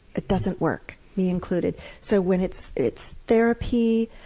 it doesn't work me included. so when it's it's therapy,